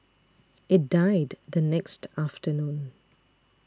it died the next afternoon